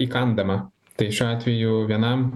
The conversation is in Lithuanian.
įkandama tai šiuo atveju vienam